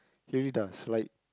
really does like